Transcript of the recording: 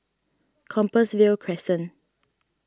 Compassvale Crescent